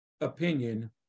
opinion